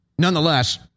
Nonetheless